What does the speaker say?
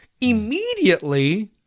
Immediately